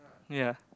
ya